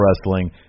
wrestling